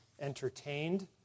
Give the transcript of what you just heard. entertained